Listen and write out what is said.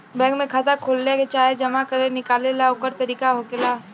bank में खाता खोलेला चाहे जमा करे निकाले ला ओकर तरीका होखेला